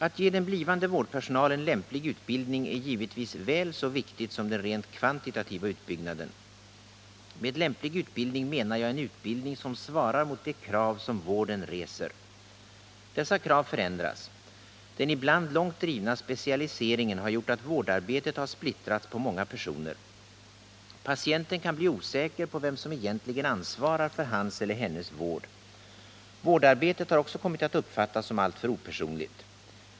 Att ge den blivande vårdpersonalen lämplig utbildning är givetvis väl så viktigt som den rent kvantitativa utbyggnaden. Med lämplig utbildning menar jag en utbildning som svarar mot de krav som vården reser. Dessa krav förändras. Den ibland långt drivna specialiseringen har gjort att vårdarbetet har splittrats på många personer. Patienten kan bli osäker på vem som egentligen ansvarar för hans eller hennes vård. Vårdarbetet har också kommit att uppfattas som alltför opersonligt.